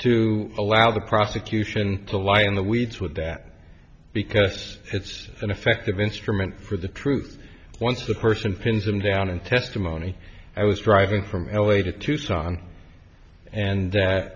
to allow the prosecution to lie in the weeds with that because it's an effective instrument for the truth once the person pins him down in testimony i was driving from l a to tucson and that